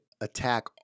attack